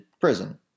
prison